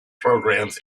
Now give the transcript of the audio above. programs